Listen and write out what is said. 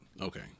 Okay